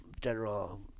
general